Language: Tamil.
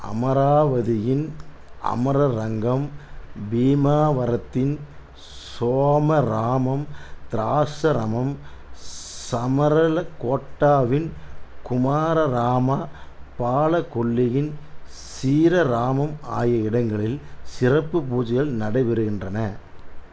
அமராவதியின் அமரறங்கம் பீமாவரத்தின் சோமராமம் திராசரமம் சமரளக்கோட்டாவின் குமாரராமா பாலக்குள்ளியின் சீரராமம் ஆகிய இடங்களில் சிறப்பு பூஜைகள் நடைபெறுகின்றன